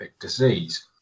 disease